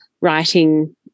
writing